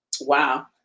Wow